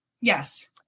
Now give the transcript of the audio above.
Yes